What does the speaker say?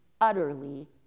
utterly